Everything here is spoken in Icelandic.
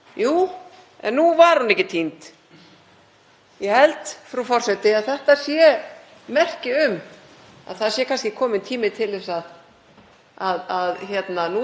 að nútímavæða Útlendingastofnun og setja umsóknirnar á rafrænt form.